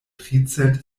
tricent